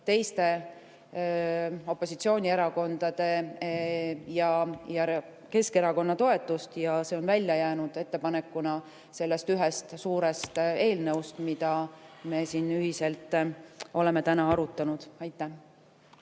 teiste opositsioonierakondade ja Keskerakonna toetust ning see on välja jäänud ettepanekuna sellest ühest suurest eelnõust, mida me siin ühiselt oleme täna arutanud. Aitäh!